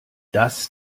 das